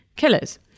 killers